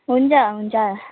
हुन्छ हुन्छ